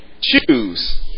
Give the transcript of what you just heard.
choose